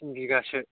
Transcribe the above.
थिन बिगासो